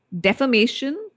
defamation